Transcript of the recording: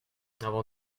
avant